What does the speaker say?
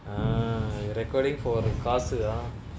ah recording for ஒரு காசு:oru kaasu ah